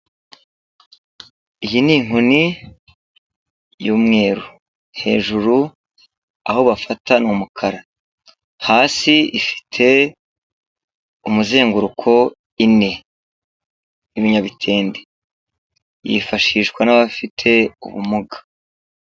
Iyi ni inkoni y'umweru, hejuru aho bafata ni umukara hasi ifite umuzenguruko ine yibinyabitende yifashishwa n'abafite ubumuga.